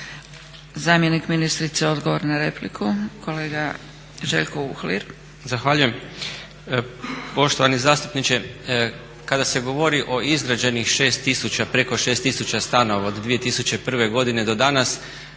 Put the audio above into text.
Zamjenik ministrice odgovor na repliku. Kolega Željko Uhlir. **Uhlir, Željko** Zahvaljujem. Poštovani zastupniče, kada se govori o izgrađenih 6000, preko 6000 stanova od 2001. godine do danas